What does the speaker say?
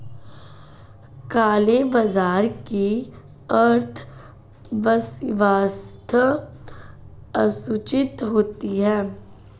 काले बाजार की अर्थव्यवस्था असूचित होती है